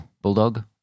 bulldog